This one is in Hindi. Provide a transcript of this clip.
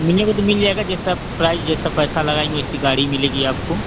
मिलने को तो मिल जाएगा जैसे आप प्राइज जैसा पैसा लगाएंगी वैसी गाड़ी मिलेगी आपको